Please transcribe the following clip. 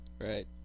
right